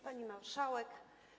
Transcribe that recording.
Pani Marszałek!